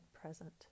present